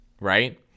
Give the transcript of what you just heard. right